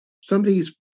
somebody's